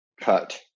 cut